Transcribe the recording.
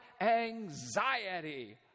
Anxiety